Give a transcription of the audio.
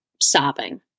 sobbing